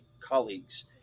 colleagues